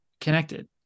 connected